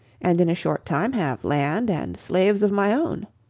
and in a short time have land and slaves of my own.